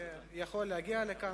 שיכול להגיע לכאן,